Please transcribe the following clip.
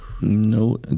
No